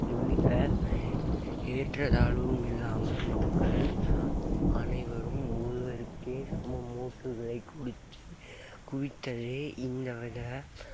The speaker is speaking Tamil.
எவ்வித ஏற்ற தாழ்வும் இல்லாமல் மக்கள் அனைவரும் ஒருவருக்கே சம ஓட்டுகளை கொடுத்து குவித்ததை இந்தவித